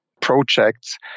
projects